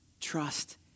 Trust